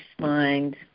mind